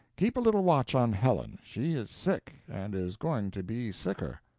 keep a little watch on helen she is sick, and is going to be sicker.